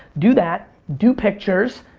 do that, do pictures,